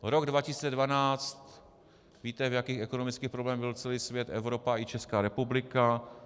Rok 2012 víte, v jakých ekonomických problémech byl celý svět, Evropa i Česká republika.